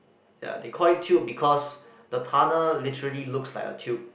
ya they call it tube because the tunnel literally looks like a tube